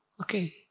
Okay